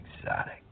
exotic